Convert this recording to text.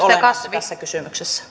olennaista tässä kysymyksessä